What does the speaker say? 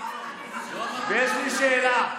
ויש לי שאלה,